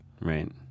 right